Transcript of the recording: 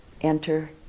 enter